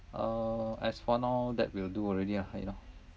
uh as for now that will do already ah you know